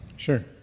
Sure